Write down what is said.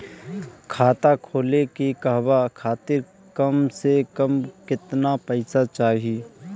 खाता खोले के कहवा खातिर कम से कम केतना पइसा चाहीं?